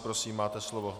Prosím, máte slovo.